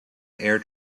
air